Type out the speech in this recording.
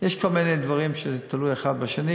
יש כל מיני דברים ש, זה תלוי אחד בשני.